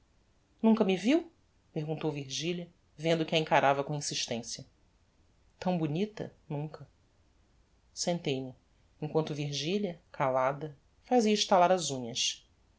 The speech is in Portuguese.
nunca me viu perguntou virgilia vendo que a encarava com insistência tão bonita nunca sentei-me emquanto virgilia calada fazia estalar as unhas